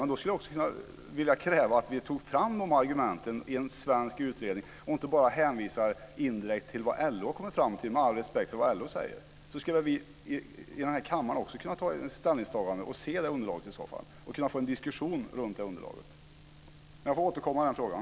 Men då skulle jag också vilja kräva att vi tog fram de argumenten i en svensk utredning och inte bara hänvisar indirekt till vad LO har kommit fram till, med all respekt för vad LO säger. Då skulle vi i den här kammaren också kunna få en diskussion runt det underlaget och göra ett ställningstagande. Jag får återkomma i den frågan.